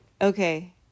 Okay